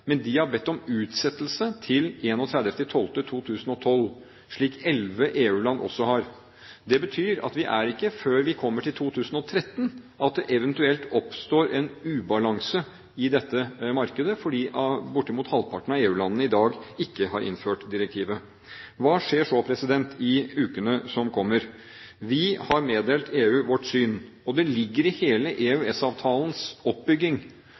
Men de har bedt om utsettelse til 31. desember 2012, slik elleve EU-land også har. Det betyr at det er ikke før vi kommer til 2013, at det eventuelt oppstår en ubalanse i dette markedet, fordi bortimot halvparten av EU-landene i dag ikke har innført direktivet. Hva skjer så i ukene som kommer? Vi har meddelt EU vårt syn, og det ligger i hele EØS-avtalens oppbygging